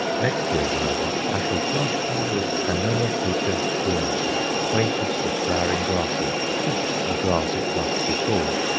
next year, however, i shall plant them with anomatheca cruenta quaintest of flowering grasses, if a grass it must be called.